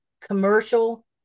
commercial